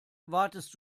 wartest